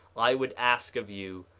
i would ask of you,